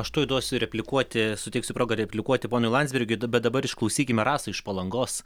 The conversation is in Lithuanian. aš tuoj duosiu replikuoti suteiksiu progą replikuoti ponui landsbergiui bet dabar išklausykime rasą iš palangos